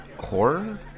horror